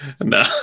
No